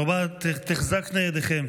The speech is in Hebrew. תחזקנה ידיכם.